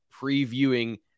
previewing